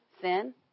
Sin